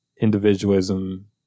individualism